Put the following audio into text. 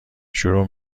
شروع